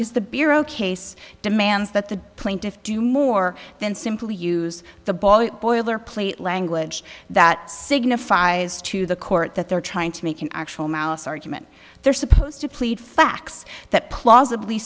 because the bureau case demands that the plaintiffs do more than simply use the ball boilerplate language that signifies to the court that they're trying to make an actual malice argument they're supposed to plead facts that plausibl